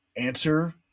answer